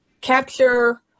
capture